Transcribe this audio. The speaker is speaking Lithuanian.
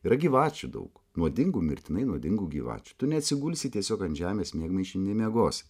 yra gyvačių daug nuodingų mirtinai nuodingų gyvačių tu neatsigulsi tiesiog ant žemės miegmaišį nemiegosi